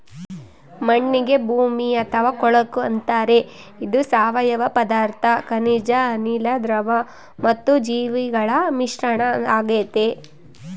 ಮಣ್ಣಿಗೆ ಭೂಮಿ ಅಥವಾ ಕೊಳಕು ಅಂತಾರೆ ಇದು ಸಾವಯವ ಪದಾರ್ಥ ಖನಿಜ ಅನಿಲ, ದ್ರವ ಮತ್ತು ಜೀವಿಗಳ ಮಿಶ್ರಣ ಆಗೆತೆ